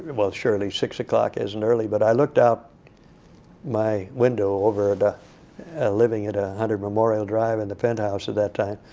well surely six o'clock isn't early. but i looked out my window over, and living at a one hundred memorial drive, in the penthouse at that time.